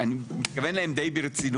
ואני מתכוון אליהם די ברצינות.